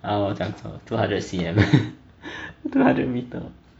ah 我讲错 two hundred C_M two hundred meter